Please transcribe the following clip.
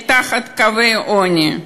מתחת לקו העוני.